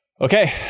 Okay